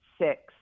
six